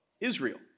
Israel